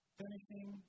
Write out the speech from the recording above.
finishing